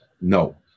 No